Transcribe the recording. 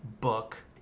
book